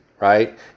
right